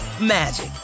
magic